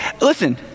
listen